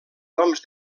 noms